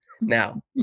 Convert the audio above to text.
Now